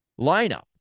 lineup